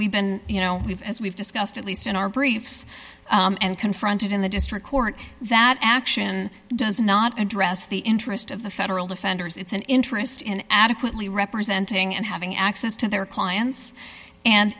we've been you know we've as we've discussed at least in our briefs and confronted in the district court that action does not address the interest of the federal defenders it's an interest in adequately representing and having access to their clients and